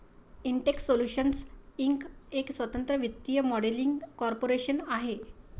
Intex solutions Inc एक स्वतंत्र वित्तीय मॉडेलिंग कॉर्पोरेशन आहे